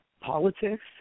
politics